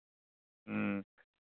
ᱦᱩᱸ